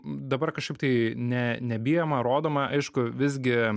dabar kažkaip tai ne nebijoma rodoma aišku visgi